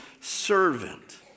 servant